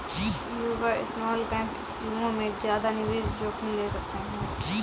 युवा स्मॉलकैप स्कीमों में ज्यादा निवेश जोखिम ले सकते हैं